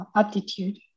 attitude